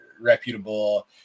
reputable